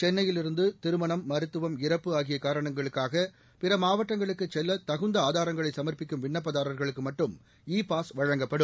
சென்னையிலிருந்து திருமணம் மருத்துவம் இறப்பு பிற மாவட்டங்களுக்குச் செல்ல தகுந்த ஆதாரங்களை சமா்ப்பிக்கும் விண்ணப்பதாரர்களுக்கு மட்டும் இ பாஸ் வழங்கப்படும்